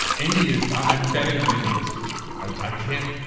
andy is i'm betting on any of this week. i can't,